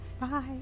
Bye